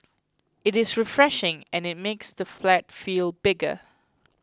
it is refreshing and it makes the flat feel bigger